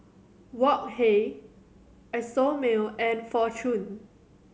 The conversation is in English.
Wok Hey Isomil and Fortune